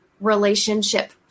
relationship